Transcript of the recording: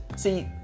See